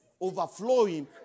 overflowing